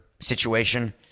situation